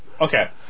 Okay